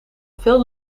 veel